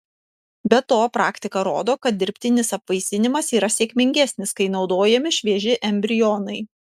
be to praktika rodo kad dirbtinis apvaisinimas yra sėkmingesnis kai naudojami švieži embrionai